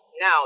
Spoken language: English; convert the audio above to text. Now